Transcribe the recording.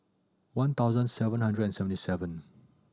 one thousand seven hundred and seventy seven